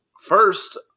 first